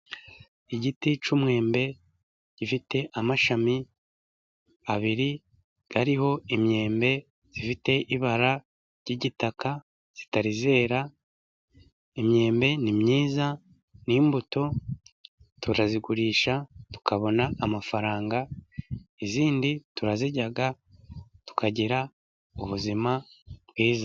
Igiti cy'umwembe gifite amashami abiri ariho imyembe ifite ibara ry'igitaka itari yera. Imyembe ni myiza n'imbuto, turazigurisha tukabona amafaranga, izindi turazirya tukagira ubuzima bwiza.